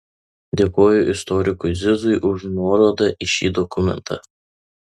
dėkoju istorikui zizui už nuorodą į šį dokumentą